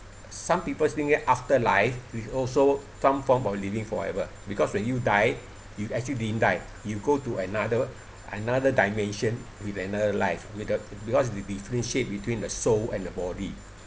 some people think that afterlife is also some form of living forever because when you die you actually didn't die you go to another another dimension with another life with the because di~ differentiate between the soul and the body